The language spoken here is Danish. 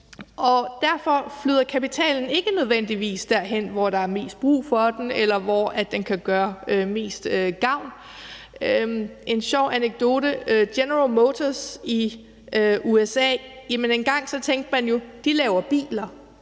Derfor flyder kapitalen ikke nødvendigvis derhen, hvor der er mest brug for den, eller hvor den kan gøre mest gavn. Der er en sjov anekdote om General Motors i USA. Engang tænkte man jo, at de laver biler.